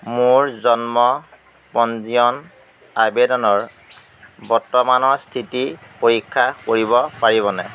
মোৰ জন্ম পঞ্জীয়ন আবেদনৰ বৰ্তমানৰ স্থিতি পৰীক্ষা কৰিব পাৰিবনে